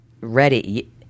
ready